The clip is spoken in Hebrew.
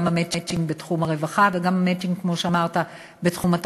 גם המצ'ינג בתחום הרווחה וגם המצ'ינג,